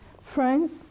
Friends